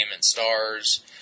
stars